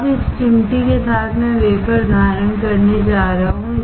अब इस चिमटी के साथ मैं वेफर धारण करने जा रहा हूं